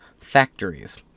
factories